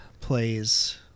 plays